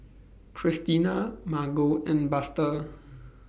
Christina Margo and Buster